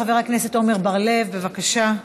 חבר הכנסת עמר בר-לב, בבקשה.